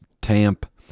tamp